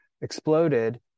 exploded